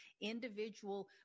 individual